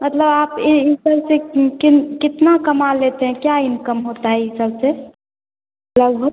मतलब आप ये इस तरह से किन कितना कमा लेते हैं क्या इन्कम होता है ये सबसे लगभग